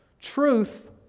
Truth